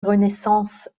renaissance